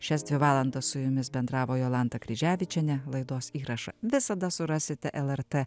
šias dvi valandas su jumis bendravo jolanta kryževičienė laidos įrašą visada surasite lrt